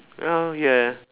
oh yeah